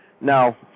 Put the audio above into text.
Now